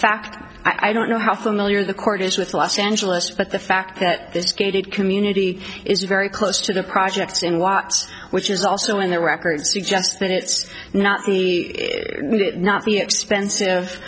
fact i don't know how familiar the court is with los angeles but the fact that this gated community is very close to the projects in watts which is also in the record suggests that it's not the not the expensive